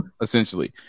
essentially